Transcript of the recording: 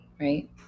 right